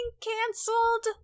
canceled